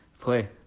play